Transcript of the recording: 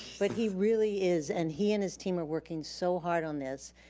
but he really is. and he and his team are working so hard on this.